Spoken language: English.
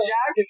Jack